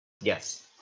Yes